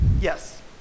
Yes